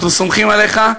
אנחנו סומכים עליך.